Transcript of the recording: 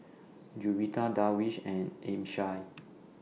Juwita Darwish and Amsyar